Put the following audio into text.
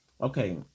Okay